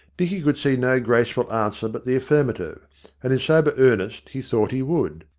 dicky could see no graceful answer but the affirma tive and in sober earnest he thought he would.